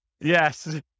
yes